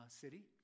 city